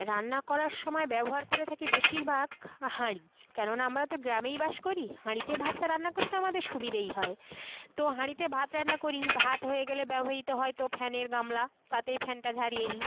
রান্না করার সময় ব্যবহার করে থাকি বেশিরভাগ হাঁড়ি কেননা আমরা তো গ্রামেই বাস করি হাঁড়িতে ভাতটা রান্না করতে আমাদের সুবিধেই হয় তো হাঁড়িতে ভাত রান্না করি ভাত হয়ে গেলে ব্যবহৃত হয়তো ফ্যানের গামলা তাতেই ফ্যানটা ঝাড়িয়ে নিই